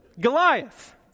Goliath